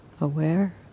aware